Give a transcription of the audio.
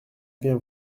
bien